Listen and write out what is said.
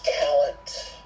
talent